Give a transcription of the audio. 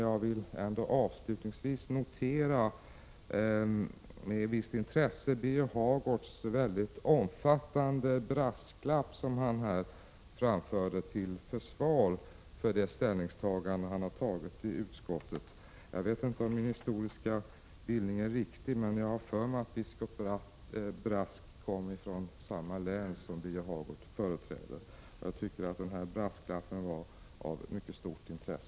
Jag vill ändå avslutningsvis med visst intresse notera Birger Hagårds omfattande brasklapp till försvar för sitt ställningstagande i utskottet. Jag vet inte om min historiska bildning är riktig, men jag har för mig att biskop Brask kom från det län som Birger Hagård företräder.